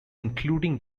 including